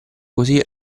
così